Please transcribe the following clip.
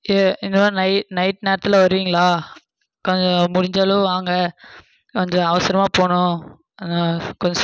என்னதான் நை நைட் நேரத்தில் வருவிங்களா கொஞ்சம் முடிஞ்ச அளவு வாங்க வந்து அவசரமாக போகணும் கொஞ்சம்